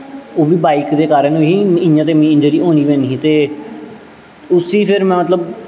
ओह् बी बाईक दे कारन होई ही इयां ते मिगी इंजरी होनी गै नेईं ही ते उसी में फिर मतलब